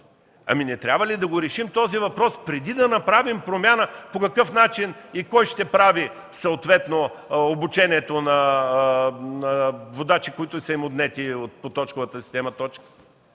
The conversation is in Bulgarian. Не трябва ли да решим този въпрос преди да направим промяна по какъв начин и кой ще прави съответно обучението на водачи, на които са им отнети точки по точковата система?